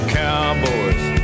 cowboys